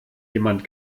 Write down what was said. jemand